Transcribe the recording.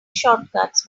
shortcuts